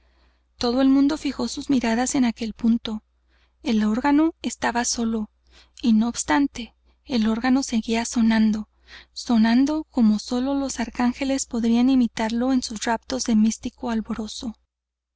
todo el mundo fijó sus miradas en aquel punto el órgano estaba solo y no obstante el órgano seguía sonando sonando como sólo los arcánge les podrían imitarlo en sus raptos de místico al